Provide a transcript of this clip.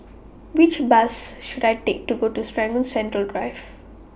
Which Bus should I Take to Serangoon Central Drive